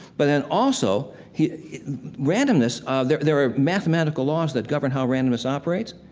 but then also, he randomness ah there there are mathematical laws that govern how randomness operates.